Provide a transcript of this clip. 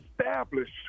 established